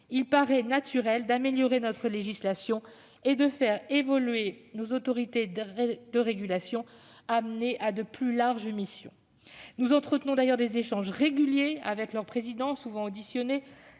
il paraît naturel d'améliorer notre législation et de faire évoluer nos autorités de régulation, promises à de plus larges missions. Nous entretenons d'ailleurs des échanges réguliers avec les présidents de ces autorités,